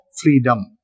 freedom